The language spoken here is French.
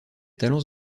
talents